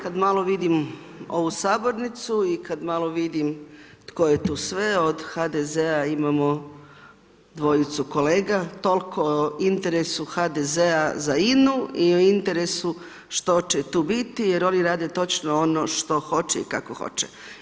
Kad malo vidim ovu sabornicu i kad malo vidim tko je tu sve od HDZ-a imamo dvojicu kolega, toliko o interesu HDZ-a za INA-u i o interesu što će tu biti jer oni rade točno ono što hoće i kako hoće.